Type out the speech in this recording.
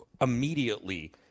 immediately